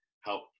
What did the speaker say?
help